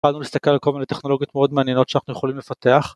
יכולנו להסתכל על כל מיני טכנולוגיות מאוד מעניינות שאנחנו יכולים לפתח.